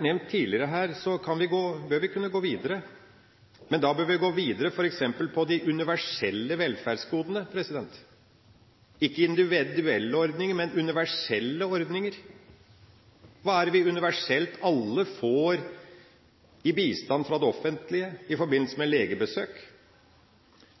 nevnt tidligere her, bør vi kunne gå videre. Men da bør vi gå videre f.eks. på de universelle velferdsgodene – ikke individuelle ordninger, men universelle ordninger. Hva er det vi universelt, vi alle, får i bistand fra det offentlige i forbindelse med legebesøk?